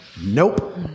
Nope